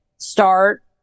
start